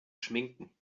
schminken